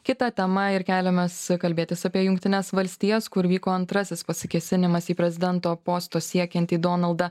kita tema ir keliamės kalbėtis apie jungtines valstijas kur vyko antrasis pasikėsinimas į prezidento posto siekiantį donaldą